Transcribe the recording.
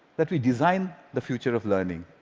that we design the future of learning.